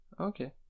Okay